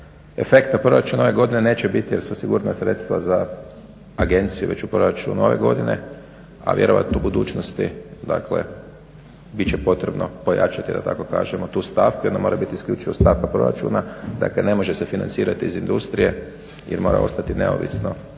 Efekta u proračunu ove godine neće biti jer su osigurana za agenciju već u proračunu ove godine, a vjerojatno u budućnosti, dakle bit će potrebno pojačati da tako kažemo tu stavku i ona mora biti isključivo stavka proračuna. Dakle, ne može se financirati iz industrije jer mora ostati neovisno